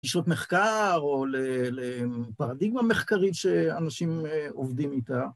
גישות מחקר או לפרדיגמה מחקרית שאנשים עובדים איתה.